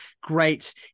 great